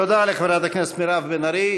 תודה לחברת הכנסת מירב בן ארי.